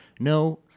No